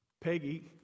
Peggy